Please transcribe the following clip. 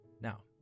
Now